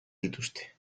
dituzte